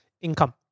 income